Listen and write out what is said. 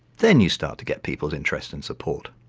then you start to get people's interest and support.